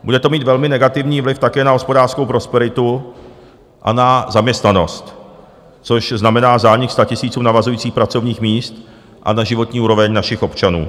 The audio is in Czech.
Bude to mít velmi negativní vliv také na hospodářskou prosperitu a na zaměstnanost, což znamená zánik statisíců navazujících pracovních míst, a na životní úroveň našich občanů.